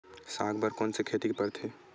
साग बर कोन से खेती परथे?